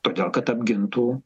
todėl kad apgintų